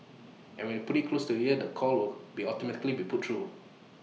and when you put IT close to your ear the call will be automatically be put through